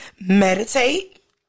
Meditate